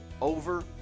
over